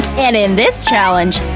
and in this challenge,